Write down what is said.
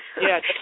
Yes